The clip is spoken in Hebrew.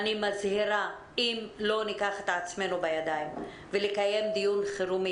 אני מזהירה אם לא ניקח את עצמנו בידיים ונקיים דיון חירום,